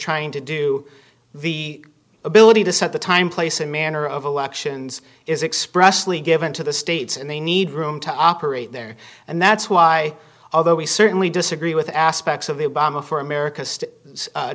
trying to do the ability to set the time place and manner of elections is expressly given to the states and they need room to operate there and that's why although we certainly disagree with aspects of the obama for america